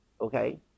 okay